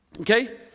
okay